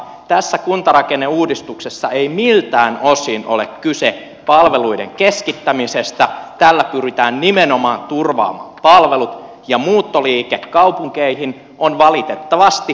tässä kuntarakenneuudistuksessa ei miltään osin ole kyse palveluiden keskittämisestä tällä pyritään nimenomaan turvaamaan palvelut ja muuttoliike kaupunkeihin on valitettavasti fakta